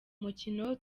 mukino